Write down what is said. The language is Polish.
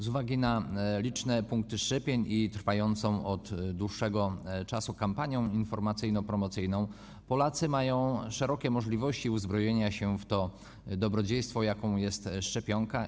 Z uwagi na liczne punkty szczepień i trwającą od dłuższego czasu kampanię informacyjno-promocyjną Polacy mają szerokie możliwości uzbrojenia się w to dobrodziejstwo, jakim jest szczepionka.